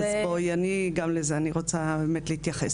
אז בואי, אני גם לזה, אני רוצה להתייחס.